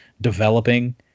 developing